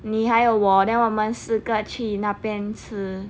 你还有我 then 我们四个去那边吃